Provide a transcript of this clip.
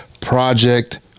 project